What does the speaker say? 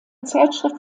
zeitschrift